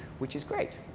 which is great.